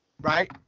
Right